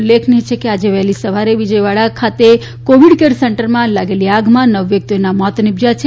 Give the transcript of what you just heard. ઉલ્લેખનીય છે કે આજે વહેલી સવારે વિજયવાડા ખાતે કોવીડ કેર સેન્ટરમાં લાગેલી આગમાં નવ વ્યકિતના મોત નીપજયા છે